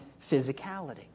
physicality